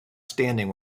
standing